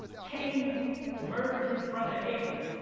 cane murdered his brother abel.